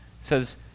says